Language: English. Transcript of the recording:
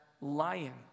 lion